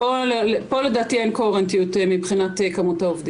פה לדעתי אין קוהרנטיות מבחינת כמות העובדים.